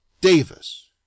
Davis